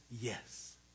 yes